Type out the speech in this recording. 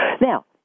Now